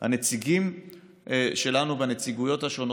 הנציגים שלנו בנציגויות השונות,